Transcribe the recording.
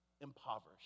impoverished